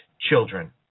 children